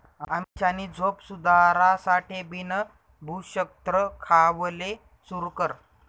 अमीषानी झोप सुधारासाठे बिन भुक्षत्र खावाले सुरू कर